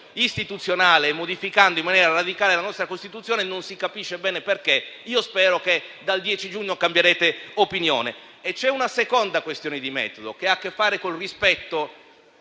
istituzionale, modificando in maniera radicale la nostra Costituzione, e non si capisce bene il perché. Spero che dal 10 giugno cambierete opinione. C'è una seconda questione di metodo che ha a che fare con il rispetto